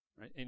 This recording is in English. Right